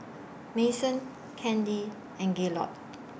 Madyson Candi and Gaylord